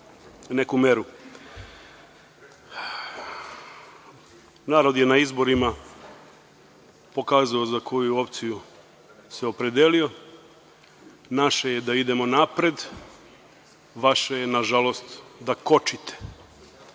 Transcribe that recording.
neku meru. Narod je na izborima pokazao za koju opciju se opredelio. Naše je da idemo napred, vaše je, nažalost, da kočite.